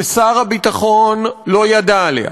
ששר הביטחון לא ידע עליה,